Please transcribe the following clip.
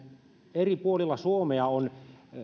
eri puolilla suomea on